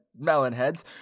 Melonheads